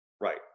right